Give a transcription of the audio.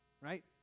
right